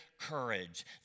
courage